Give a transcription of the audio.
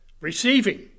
receiving